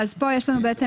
כאן לנו מקבץ.